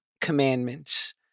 commandments